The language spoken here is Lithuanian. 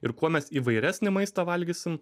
ir kuo mes įvairesnį maistą valgysim